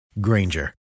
Granger